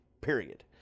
period